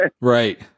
Right